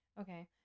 Okay